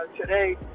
today